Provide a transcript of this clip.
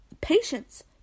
Patience